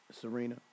Serena